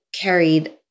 carried